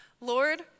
Lord